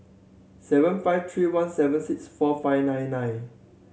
seven five three one seven six four five nine nine